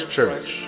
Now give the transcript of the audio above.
Church